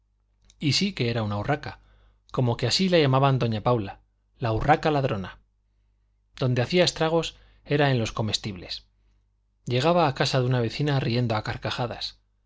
y sí que era una urraca como que así la llamaba doña paula la urraca ladrona donde hacía estragos era en los comestibles llegaba a casa de una vecina riendo a carcajadas